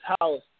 house